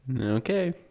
okay